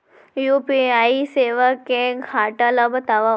UPI सेवा के घाटा ल बतावव?